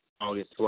August